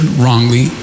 wrongly